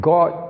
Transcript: God